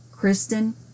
Kristen